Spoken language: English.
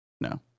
No